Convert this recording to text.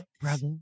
brother